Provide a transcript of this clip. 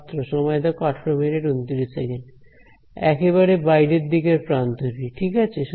ছাত্র সময় দেখো 1829 একেবারে বাইরের দিকের প্রান্তটি ঠিক আছে